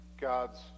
God's